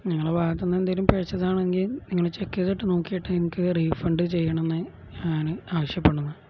നിങ്ങളുടെ ഭാഗത്ത് നിന്ന് എന്തെങ്കിലും പിഴച്ചതാണെങ്കിൽ നിങ്ങൾ ചെക്ക് ചെയ്തിട്ട് നോക്കിയിട്ട് എനിക്ക് റീഫണ്ട് ചെയ്യണം എന്ന് ഞാൻ ആവശ്യപ്പെടുന്നു